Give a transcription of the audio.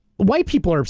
white people are.